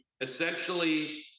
essentially